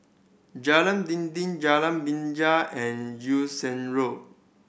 Jalan Dinding Jalan Binja and Sheng Road